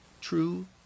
True